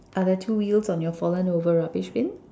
are there two wheels on your fallen over rubbish bin